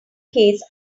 case